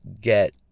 get